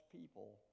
people